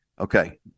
Okay